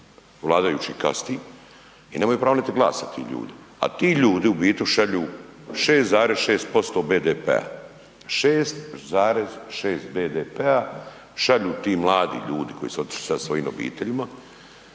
vladajućih kasti i nemaju pravo niti glasa ti ljudi. A ti ljudi u biti šalju 6,6% BDP-a, 6,6 BDP-a šalju ti mladi ljudi koji su otišli sa svojim obiteljima,